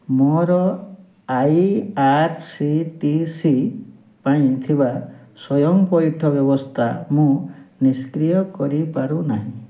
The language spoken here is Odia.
ମୋର I R C T C ପାଇଁ ଥିବା ସ୍ଵୟଂ ପଇଠ ବ୍ୟବସ୍ଥା ମୁଁ ନିଷ୍କ୍ରିୟ କରିପାରୁନାହିଁ